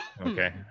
okay